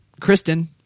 Kristen